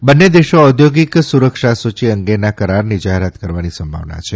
બંને દેશો ઔદ્યોગિક સુરક્ષા સુચી અંગેના કરારની જાહેરાત કરવાની સંભાવના છે